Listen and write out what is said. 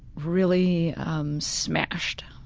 really um smashed.